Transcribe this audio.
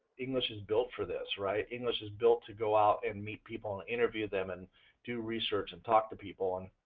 english is built for this, right? english is built to go out and meet people and interview them and do research and talk to people.